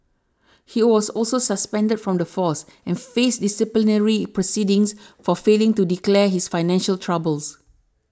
he was also suspended from the force and faced disciplinary proceedings for failing to declare his financial troubles